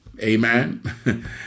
Amen